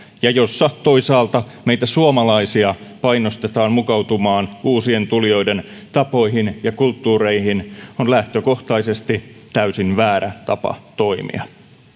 ja jossa toisaalta meitä suomalaisia painostetaan mukautumaan uusien tulijoiden tapoihin ja kulttuureihin on lähtökohtaisesti täysin väärä tapa toimia